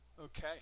Okay